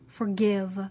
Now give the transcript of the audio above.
Forgive